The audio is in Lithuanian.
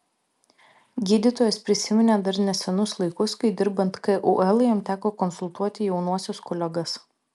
gydytojas prisiminė dar nesenus laikus kai dirbant kul jam teko konsultuoti jaunuosius kolegas